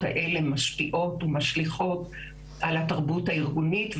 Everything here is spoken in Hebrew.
האלה משפיעות ומשליכות על התרבות הארגונית,